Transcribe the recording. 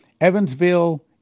Evansville